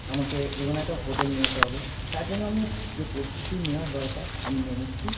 আমাকে যে কোনও একটা হোটেল নিতে হবে তার জন্য আমি যে প্রস্তুতি নেওয়ার দরকার আমি নিয়ে নিচ্ছি